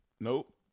Nope